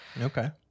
Okay